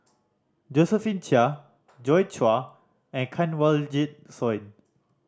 Josephine Chia Joi Chua and Kanwaljit Soin